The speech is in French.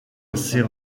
assez